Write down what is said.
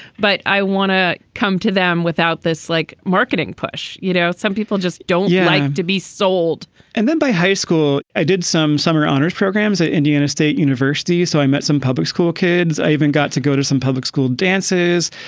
but i want to come to them without this like marketing push. you know, some people just don't like to be sold and then by high school, i did some summer honors programs at indiana state university, so i met some public school kids. i even got to go to some public school dances.